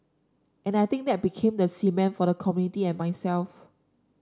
and I think that became the cement for the community and myself